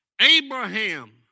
Abraham